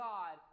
God